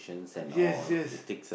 yes yes